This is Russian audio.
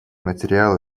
материалы